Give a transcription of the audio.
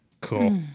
Cool